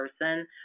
person